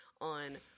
on